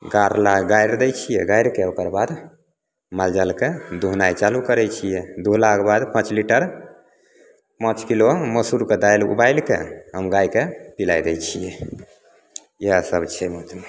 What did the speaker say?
गारला गारि दै छियै गारिके ओकर बाद माल जालके दूहनाइ चालू करैत छियै दूहलाके बाद पाँच लीटर पाँच किलो मसूरके दालि उबालिके हम गायके पिलाइ दै छियै इएह सब छै मतलब